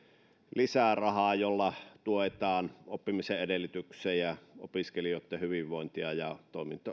lisää rahaa jolla tuetaan oppimisen edellytyksiä opiskelijoitten hyvinvointia ja